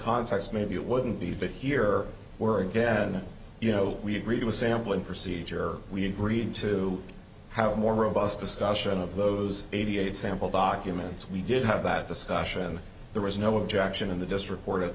context maybe it wouldn't be but here were again you know we agreed to a sampling procedure we agreed to have more robust discussion of those eighty eight sample documents we did have that discussion there was no objection in the district